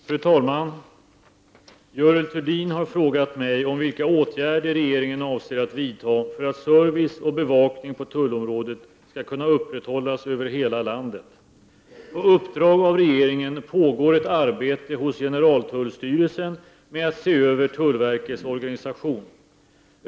Fru talman! Görel Thurdin har frågat mig vilka åtgärder regeringen avser att vidta för att service och bevakning på tullområdet skall kunna upprätthållas över hela landet. På uppdrag av regeringen pågår ett arbete hos generaltullstyrelsen med att se över tullverkets organisation.